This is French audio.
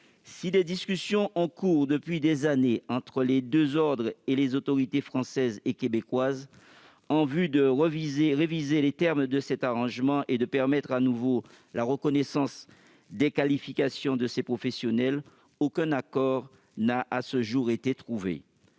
Si des discussions ont cours depuis des années entre les deux ordres et les autorités françaises et québécoises en vue de réviser les termes de cet arrangement et de permettre à nouveau la reconnaissance des qualifications de ces professionnels, aucun accord n'a, à ce jour, été trouvé.